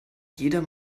jeder